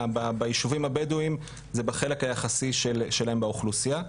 בישובים הבדואים זה בחלק היחסי שלהם באוכלוסייה,